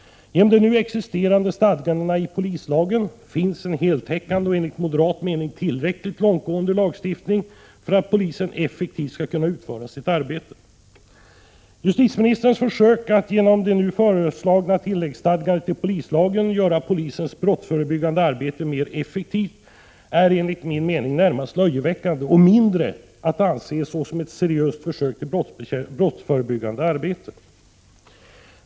Genom de nu existerande stadgandena i polislagen finns en heltäckande och enligt moderat mening tillräckligt långtgående lagstiftning för att polisen effektivt skall kunna utföra sitt arbete. Justitieministerns försök att genom det nu föreslagna tilläggsstadgandet i polislagen göra polisens brottsförebyggande arbete mer effektivt är, enligt min mening, närmast löjeväckande och mindre att anse såsom ett seriöst försök till brottsförebyggande arbete.